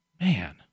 Man